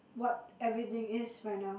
what everything is right now